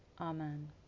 Amen